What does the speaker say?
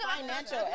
financial